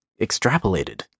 extrapolated